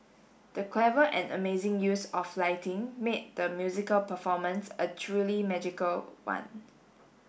the clever and amazing use of lighting made the musical performance a truly magical one